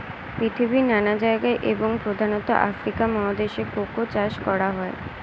পৃথিবীর নানা জায়গায় এবং প্রধানত আফ্রিকা মহাদেশে কোকো চাষ করা হয়